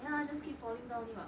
ya just keep falling down only what